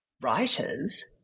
writers